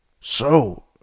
So